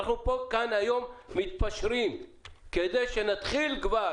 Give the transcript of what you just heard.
כאן אנחנו מתפשרים כדי שנתחיל כבר